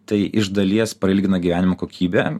tai iš dalies prailgina gyvenimo kokybę